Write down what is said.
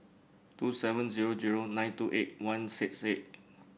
two seven zero zero nine two eight one six eight